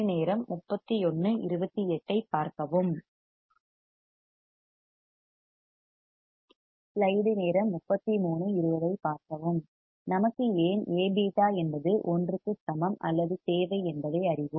நமக்கு ஏன் A β என்பது 1 க்கு சமம் அல்லது தேவை என்பதை அறிவோம்